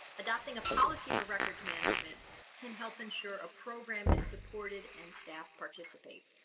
adopting a policy but records management can help ensure a program is supported and staff participate